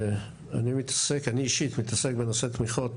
אני אישית מתעסק בנושא תמיכות